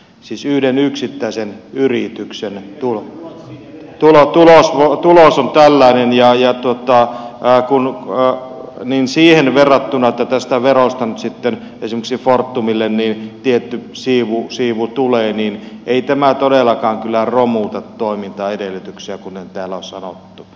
siis kun yhden yksittäisen yrityksen tulos on tällainen ja siihen verrattuna tästä verosta nyt sitten esimerkiksi fortumille tietty siivu tulee niin ei tämä todellakaan kyllä romuta toimintaedellytyksiä kuten täällä on sanottu